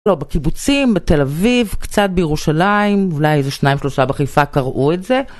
לא, בקיבוצים, בתל אביב, קצת בירושלים, אולי איזה שניים שלושה בחיפה קראו את זה.